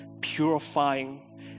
purifying